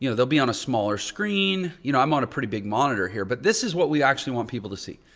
you know, there'll be on a smaller screen. you know, i'm on a pretty big monitor here but this is what we actually want people to see.